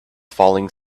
falling